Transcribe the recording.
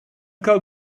gael